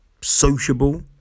sociable